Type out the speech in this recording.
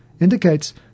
indicates